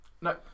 No